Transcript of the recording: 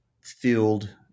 field